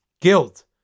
guilt